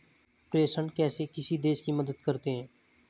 प्रेषण कैसे किसी देश की मदद करते हैं?